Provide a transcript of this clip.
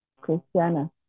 christiana